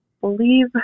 believe